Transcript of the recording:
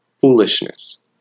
foolishness